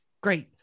great